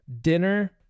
dinner